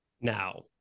Now